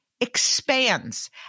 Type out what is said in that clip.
expands